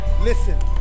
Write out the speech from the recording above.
listen